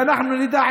ואנחנו נדע,